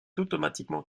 automatiquement